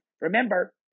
Remember